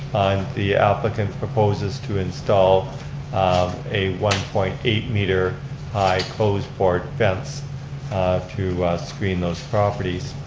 the applicant proposes to install um a one point eight meter high close board fence to screen those properties.